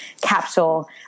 capsule